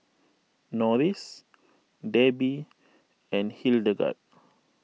Norris Debbi and Hildegard